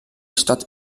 stadt